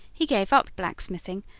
he gave up blacksmithing,